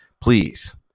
Please